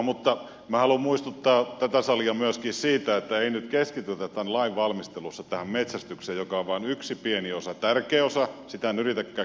mutta minä haluan muistuttaa tätä salia myöskin siitä että ei nyt keskitytä tämän lain valmistelussa tähän metsästykseen joka on vain yksi pieni osa tärkeä osa sitä en yritäkään kieltää